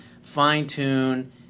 fine-tune